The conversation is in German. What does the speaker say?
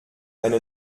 eine